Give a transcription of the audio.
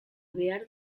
behar